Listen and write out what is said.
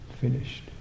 finished